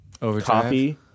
copy